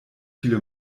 viele